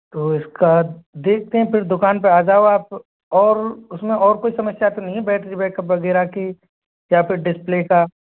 तो इसका देखते हैं फिर दुकान पे आ जाओ आप और उसमें और कोई समस्या तो नहीं है बैटरी बैकअप वगैरह की या फिर डिस्प्ले का